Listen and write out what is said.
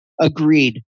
Agreed